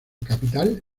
capital